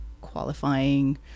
qualifying